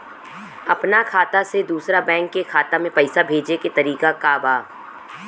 अपना खाता से दूसरा बैंक के खाता में पैसा भेजे के तरीका का बा?